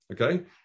Okay